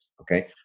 Okay